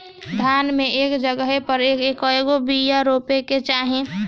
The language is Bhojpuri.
धान मे एक जगही पर कएगो बिया रोपे के चाही?